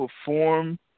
perform